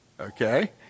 Okay